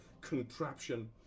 contraption